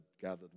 gathered